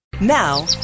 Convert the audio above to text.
Now